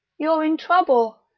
you're in trouble.